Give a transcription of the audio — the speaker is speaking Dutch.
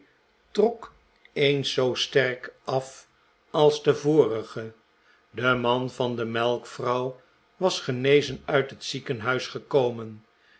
trok eens zoo sterk af als de vorige de man van de melkvrouw was genezen uit het ziekenhuis gekomen